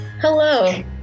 hello